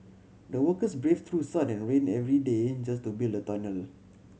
the workers braved through sun and rain every day just to build the tunnel